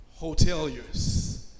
hoteliers